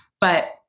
But-